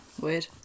Weird